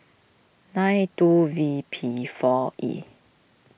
nine two V P four E